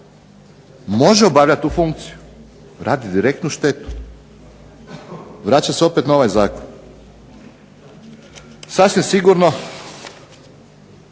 može obavljati tu funkciju, raditi direktnu štetu. Vraćam se opet na ovaj zakon. Sasvim sigurno